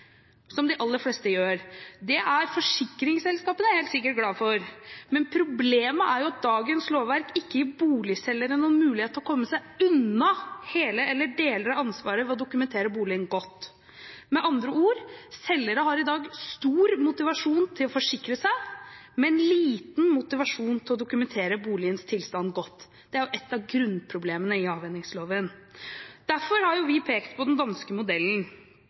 som de aller fleste gjør. Det er forsikringsselskapene helt sikkert glad for, men problemet er at dagens lovverk ikke gir boligselgeren noen mulighet til å komme seg unna hele eller deler av ansvaret ved å dokumentere boligen godt. Med andre ord: Selgere har i dag stor motivasjon til å forsikre seg, men liten motivasjon til å dokumentere boligens tilstand godt. Det er et av grunnproblemene i avhendingsloven. Derfor har vi pekt på den danske modellen.